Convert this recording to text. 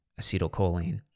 acetylcholine